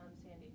Sandy